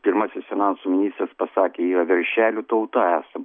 pirmasis finansų ministras pasakė jie veršelių tauta esam